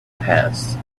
passed